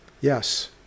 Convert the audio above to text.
Yes